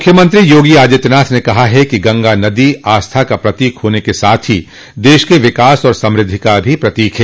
मुख्यमंत्री योगी आदित्यनाथ ने कहा है कि गंगा नदी आस्था का प्रतीक होने के साथ ही देश के विकास और समृद्धि का प्रतीक भी है